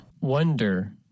Wonder